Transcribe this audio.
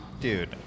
dude